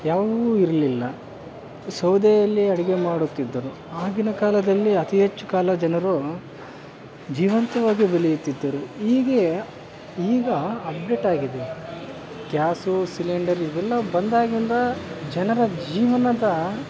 ಯಾವುವು ಇರಲಿಲ್ಲ ಸೌದೆಯಲ್ಲಿ ಅಡಿಗೆ ಮಾಡುತ್ತಿದ್ದರು ಆಗಿನ ಕಾಲದಲ್ಲಿ ಅತಿ ಹೆಚ್ಚು ಕಾಲ ಜನರು ಜೀವಂತವಾಗಿ ಉಳಿಯುತ್ತಿದ್ದರು ಈಗ ಈಗ ಅಪ್ಡೇಟಾಗಿದೆ ಗ್ಯಾಸು ಸಿಲಿಂಡರ್ ಇವೆಲ್ಲ ಬಂದಾಗಿಂದ ಜನರ ಜೀವನದ